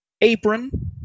apron